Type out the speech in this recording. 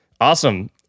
Awesome